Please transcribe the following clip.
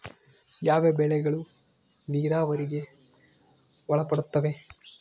ಯಾವ ಬೆಳೆಗಳು ನೇರಾವರಿಗೆ ಒಳಪಡುತ್ತವೆ?